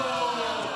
אוה.